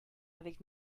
avec